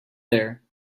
there